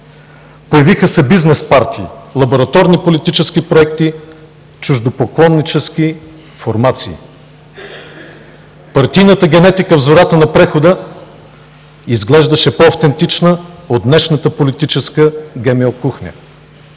Появиха се бизнес партии, лабораторни политически проекти, чуждопоклоннически формации. Партийната генетика в зората на прехода изглеждаше по-автентична от днешната политическа ГМО-кухня,